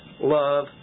love